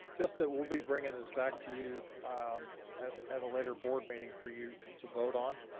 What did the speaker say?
just that we'll be bringing this back to you at at a later board meeting for you to vote on.